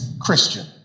christian